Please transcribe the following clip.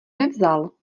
nevzal